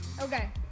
Okay